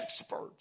experts